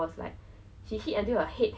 so like